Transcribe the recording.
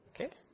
Okay